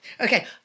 Okay